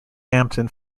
hampton